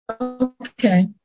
Okay